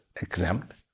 exempt